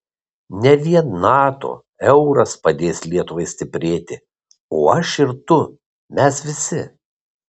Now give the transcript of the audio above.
ne vien nato euras padės lietuvai stiprėti o aš ir tu mes visi